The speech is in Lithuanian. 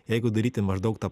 jeigu daryti maždaug tą